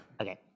Okay